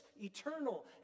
eternal